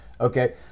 Okay